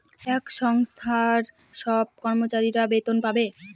একটা সংস্থার সব কর্মচারীরা বেতন পাবে